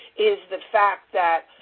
is the fact that,